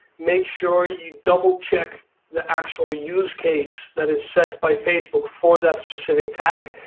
make sure you double check the actual use case that is set by facebook for that specific tag.